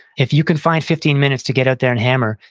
if you can find fifteen minutes to get out there and hammer,